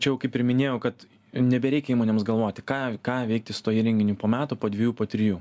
čia jau kaip ir minėjau kad nebereikia įmonėms galvoti ką ką veikti su tuo įrenginiu po metų po dvejų po trijų